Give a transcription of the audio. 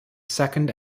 second